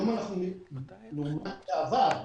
בעבר